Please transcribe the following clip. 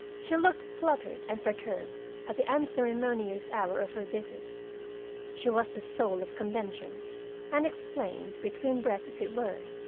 she looked fluttered and perturbed at the unceremonious hour of her visit she was the soul of convention and explained, between breaths as it were,